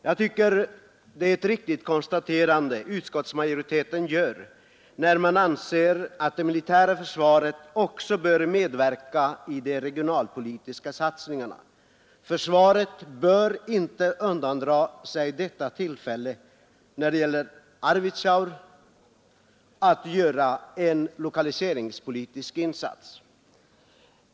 Jag tycker utskottsmajoriteten gör ett riktigt konstaterande, när den anser att det militära försvaret också bör medverka i de regionalpolitiska satsningarna. Försvaret bör inte undandra sig detta tillfälle när det gäller Arvidsjaur att göra en lokaliseringspolitisk insats.